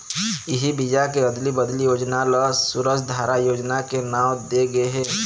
इही बीजा के अदली बदली योजना ल सूरजधारा योजना के नांव दे गे हे